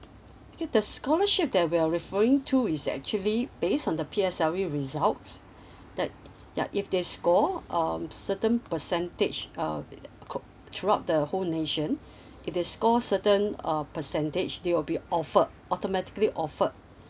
okay the scholarship they will referring to is actually based on the P_L_S_E results that ya if they score um certain percentage uh c~ throughout the whole nation it is scored certain uh percentage they will be offered ultimately offered